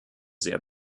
sehr